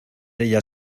ella